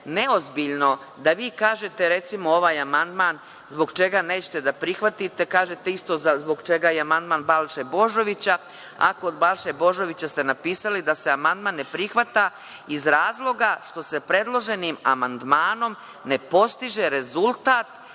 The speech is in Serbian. neozbiljno da vi kažete recimo ovaj amandman zbog čega nećete da prihvatite kažete isto zbog čega je amandman Balše Božovića, a kod Balše Božovića ste napisali da se amandman ne prihvata iz razloga što se predloženim amandmanom ne postiže rezultat